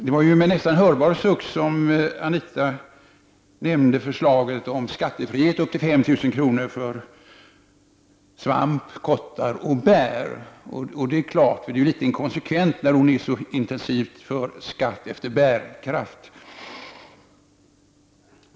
Det var ju med en nästan hörbar suck som Anita Johansson nämnde förslaget om skattefrihet för inkomster upp till 5 000 kr., hänförliga till plockning av svamp, kottar och bär. Det är klart att det är litet inkonsekvent när hon är så ivrig förespråkare för skatt efter bär-kraft!